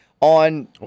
On